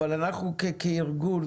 אבל אנחנו כארגון,